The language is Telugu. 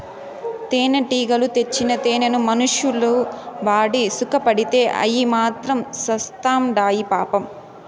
తేనెటీగలు తెచ్చిన తేనెను మనుషులు వాడి సుకపడితే అయ్యి మాత్రం సత్చాండాయి పాపం